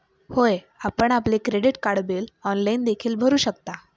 होय, आपण आपले क्रेडिट कार्ड बिल ऑनलाइन देखील भरू शकता